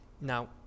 now